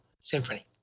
Symphony